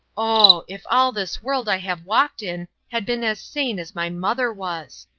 oh! if all this world i have walked in had been as sane as my mother was.